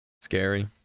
Scary